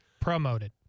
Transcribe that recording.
Promoted